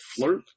flirt